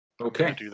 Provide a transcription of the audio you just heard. Okay